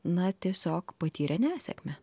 na tiesiog patyrė nesėkmę